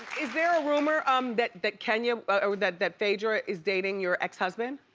is there a rumor um that that kenya or that that phaedra is dating your ex husband?